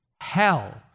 Hell